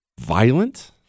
violent